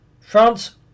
France